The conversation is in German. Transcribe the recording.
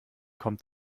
kommt